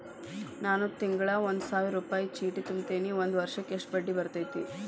ನಾನು ತಿಂಗಳಾ ಒಂದು ಸಾವಿರ ರೂಪಾಯಿ ಚೇಟಿ ತುಂಬತೇನಿ ಒಂದ್ ವರ್ಷಕ್ ಎಷ್ಟ ಬಡ್ಡಿ ಬರತೈತಿ?